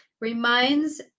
reminds